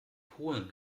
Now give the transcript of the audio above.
polen